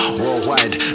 Worldwide